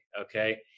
Okay